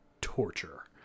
torture